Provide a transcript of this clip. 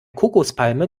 kokospalme